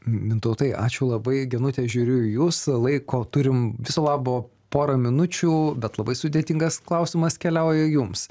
mintautai ačiū labai genute žiūriu į jus laiko turim viso labo porą minučių bet labai sudėtingas klausimas keliauja jums